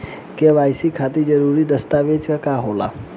KYC खातिर जरूरी दस्तावेज का का होला?